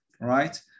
right